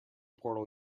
portal